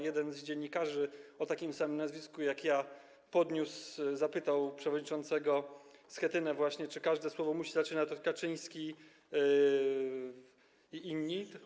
Jeden z dziennikarzy o takim samym nazwisku jak ja podniósł, zapytał przewodniczącego Schetynę, czy każdą wypowiedź musi zaczynać od: Kaczyński i inni.